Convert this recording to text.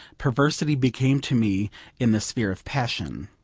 perversity became to me in the sphere of passion.